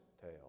tale